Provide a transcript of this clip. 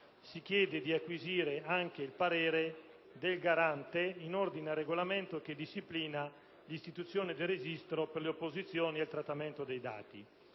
si chiede di acquisire il parere del Garante anche in ordine al regolamento che disciplina l'istituzione del registro per le opposizioni al trattamento dei dati.